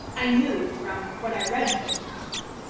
i knew, from what i read from month to month,